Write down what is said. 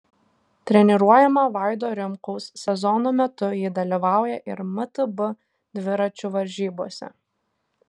treniruojama vaido rimkaus sezono metu ji dalyvauja ir mtb dviračių varžybose